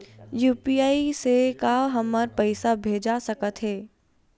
UPI से का हमर पईसा भेजा सकत हे?